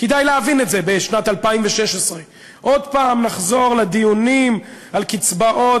כדאי להבין את זה בשנת 2016. עוד פעם נחזור לדיונים על קצבאות.